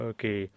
Okay